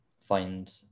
find